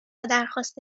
درخواست